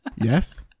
Yes